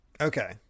Okay